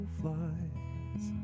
flies